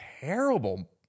terrible